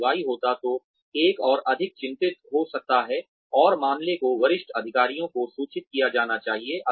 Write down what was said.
यदि Y होता है तो एक और अधिक चिंतित हो सकता है और मामले को वरिष्ठ अधिकारियों को सूचित किया जाना चाहिए